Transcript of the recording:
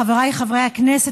חבריי חברי הכנסת,